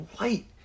light